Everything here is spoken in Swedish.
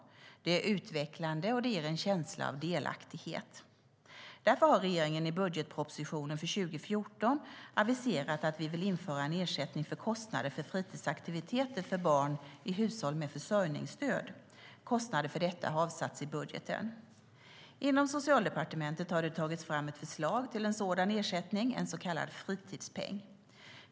Det är utvecklande och ger en känsla av delaktighet. Därför har regeringen i budgetpropositionen för 2014 aviserat att vi vill införa en ersättning för kostnader för fritidsaktiviteter för barn i hushåll med försörjningsstöd. För att täcka kostnader för detta har medel avsatts i budgeten. Inom Socialdepartementet har det tagits fram ett förslag till en sådan ersättning, en så kallad fritidspeng.